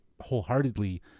wholeheartedly